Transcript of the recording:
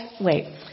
wait